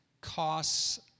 Costs